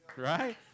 Right